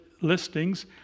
listings